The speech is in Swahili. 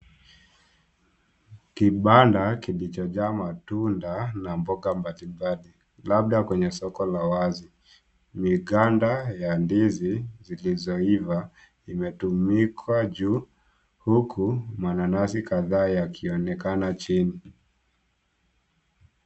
Kibanda kilichojaa matunda na mboga mbalimbali labda kwenye soko la wazi. Maganda ya ndizi zilizoiva imetundikwa juu huku mananasi kadhaa yakionekana chini.